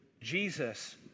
Jesus